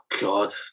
God